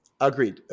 Agreed